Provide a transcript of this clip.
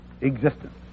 existence